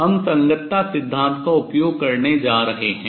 हम संगतता सिद्धांत का उपयोग करने जा रहे हैं